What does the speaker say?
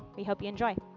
we hope you enjoy.